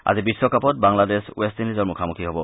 আজি বিশ্বকাপত বাংলাদেশ ৱেষ্ট ইণ্ডিজৰ মুখামুখি হ'ব